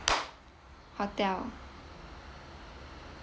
hotel